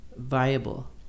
Viable